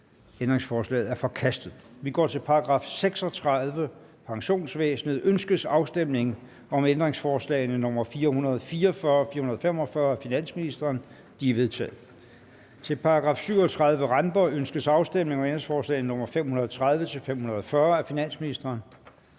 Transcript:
Ændringsforslaget er forkastet. Kl. 18:54 Til § 36. Pensionsvæsenet. Ønskes afstemning om ændringsforslag nr. 444 og 445 af finansministeren? De er vedtaget. Til § 37. Renter. Ønskes afstemning om ændringsforslag nr. 530-540 af finansministeren?